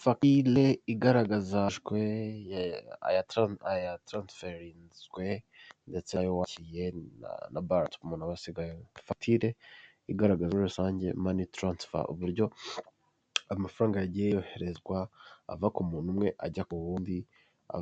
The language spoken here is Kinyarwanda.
Facture(inyemezabuguzi) igaragaza money transfer (ihererekanya ry 'amafaranga) uburyo amafaranga yagiye yoherezwa ava kumuntu umwe ajya kuwundi. Iyi